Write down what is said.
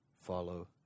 follow